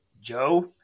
Joe